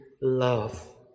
love